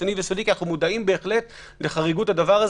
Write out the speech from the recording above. רציני ויסודי כי אנחנו מודעים לחריגות הדבר.